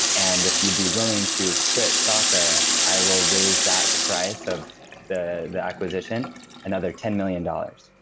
and if you'd be willing to quit soccer, i will raise that price of the the acquisition another ten million dollars.